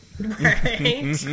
Right